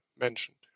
mentioned